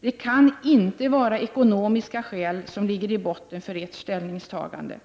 Det kan inte vara ekonomiska skäl som ligger i botten för ert ställningstagande.